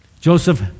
Joseph